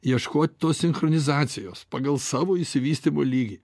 ieškot tos sinchronizacijos pagal savo išsivystymo lygį